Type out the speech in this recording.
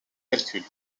calcul